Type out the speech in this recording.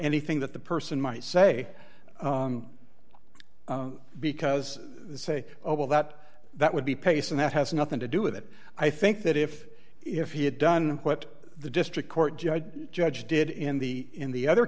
anything that the person might say because they say oh well that that would be pace and that has nothing to do with it i think that if if he had done what the district court judge judge did in the in the other